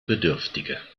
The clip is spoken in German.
bedürftige